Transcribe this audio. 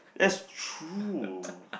that's true